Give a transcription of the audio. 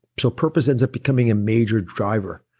so purpose ends up becoming a major driver.